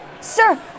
Sir